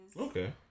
Okay